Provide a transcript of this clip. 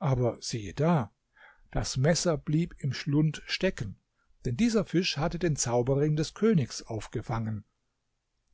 aber siehe da das messer blieb im schlund stecken denn dieser fisch hatte den zauberring des königs aufgefangen